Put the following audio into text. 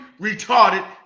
retarded